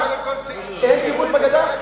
אין כיבוש בגדה?